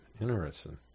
Interesting